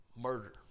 murder